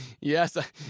Yes